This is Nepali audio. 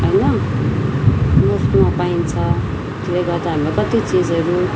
होइन मुफ्तमा पाइन्छ त्यसले गर्दा हामीलाई कति चिजहरू